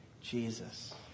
Jesus